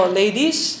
ladies